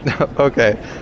Okay